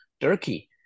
turkey